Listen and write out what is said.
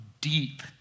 deep